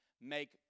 make